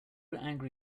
angry